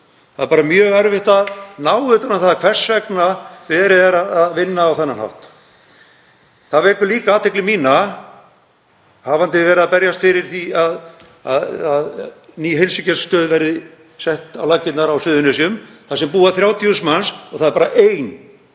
Það er mjög erfitt að ná utan um það hvers vegna verið er að vinna á þennan hátt. Það vekur líka athygli mína, hafandi verið að berjast fyrir því að að ný heilsugæslustöð verði sett á laggirnar á Suðurnesjum þar sem búa 30.000 manns og það er bara ein